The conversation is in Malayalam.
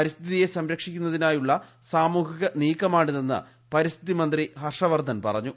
പരിസ്ഥിതിയെ സ്ർക്ഷിക്കുന്നതിനായുള്ള സാമൂഹിക നീക്ക മാണിതെന്ന് പരിസ്ഥിതി മീങ്ങ് ഹർഷവർദ്ധൻ പറഞ്ഞു